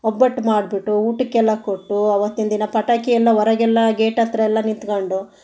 ಒಬ್ಬಟ್ಟು ಮಾಡಿಬಿಟ್ಟು ಊಟಕ್ಕೆಲ್ಲ ಕೊಟ್ಟು ಅವತ್ತಿನ ದಿನ ಪಟಾಕಿ ಎಲ್ಲ ಹೊರಗೆಲ್ಲ ಗೇಟ್ ಹತ್ರ ಎಲ್ಲ ನಿತ್ಕಂಡು